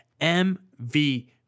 MV